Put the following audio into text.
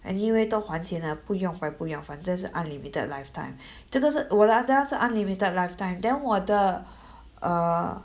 anyway 都还钱了不用白不用反正是 unlimited lifetime 这个是我的是 unlimited lifetime then 我的 err